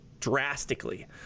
drastically